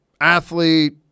athlete